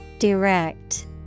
Direct